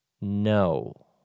no